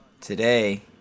today